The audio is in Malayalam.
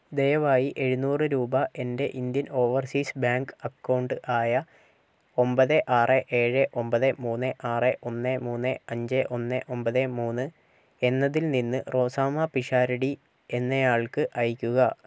ദയവായി എഴുന്നൂറ് രൂപ എൻ്റെ ഇന്ത്യൻ ഓവർസീസ് ബാങ്ക് അക്കൗണ്ട് ആയ ഒൻപത് ആറ് ഏഴ് ഒൻപത് മൂന്ന് ആറ് ഒന്ന് മുന്ന് അഞ്ച് ഒന്ന് ഒൻപത് മൂന്ന് എന്നതിൽ നിന്ന് റോസാമ്മ പിഷാരടി എന്നയാൾക്ക് അയക്കുക